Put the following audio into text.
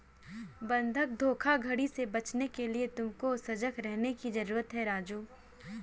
बंधक धोखाधड़ी से बचने के लिए तुमको सजग रहने की जरूरत है राजु